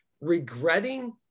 regretting